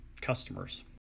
customers